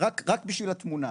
רק בשביל התמונה,